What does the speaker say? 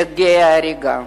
לגיא ההריגה.